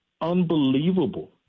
unbelievable